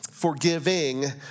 forgiving